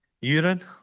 Urine